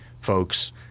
folks